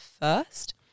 first